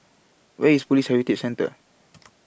Where IS Police Heritage Centre